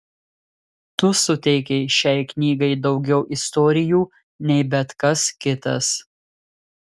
tu suteikei šiai knygai daugiau istorijų nei bet kas kitas